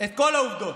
את כל העובדות.